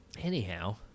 Anyhow